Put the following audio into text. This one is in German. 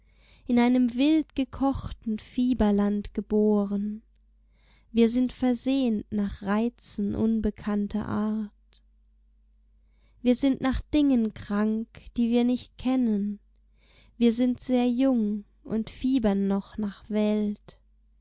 in einem wild gekochten fieberland geboren wir sind versehnt nach reizen unbekannter art wir sind nach dingen krank die wir nicht kennen wir sind sehr jung und fiebern noch nach welt